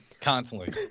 Constantly